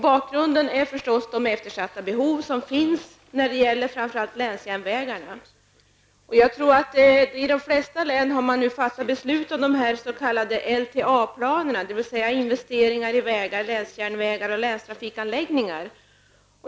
Bakgrunden är förstås de eftersatta behoven, framför allt när det gäller länsjärnvägarna. Jag tror att man i de flesta län nu har fattat beslut om de s.k. LPA-planerna, dvs. investeringar i vägar, länsjärnvägar och länstrafikanläggningar.